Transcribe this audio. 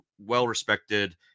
well-respected